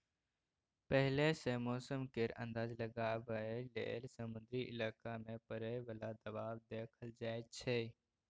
पहिले सँ मौसम केर अंदाज लगाबइ लेल समुद्री इलाका मे परय बला दबाव देखल जाइ छै